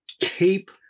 keep